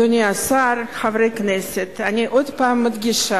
אדוני השר, חברי הכנסת, אני עוד הפעם מדגישה